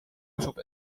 usub